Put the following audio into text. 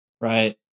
right